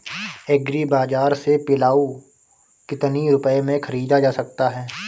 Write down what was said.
Agree बाजार से पिलाऊ कितनी रुपये में ख़रीदा जा सकता है?